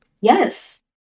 yes